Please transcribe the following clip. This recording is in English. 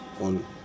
on